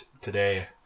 today